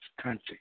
country